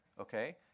Okay